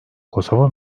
kosova